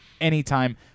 anytime